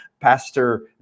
Pastor